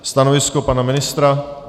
Stanovisko pana ministra.